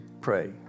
pray